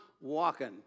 walking